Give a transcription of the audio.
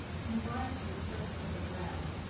confined to the surface of the ground,